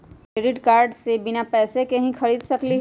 Credit card से बिना पैसे के ही खरीद सकली ह?